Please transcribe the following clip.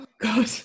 God